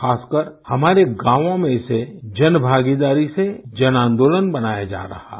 खासकर हमारे गांवोंमें इसे जन भागीदारी से जन आंदोलन बनाया जा रहा है